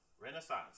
Renaissance